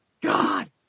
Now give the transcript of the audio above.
God